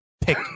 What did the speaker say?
pick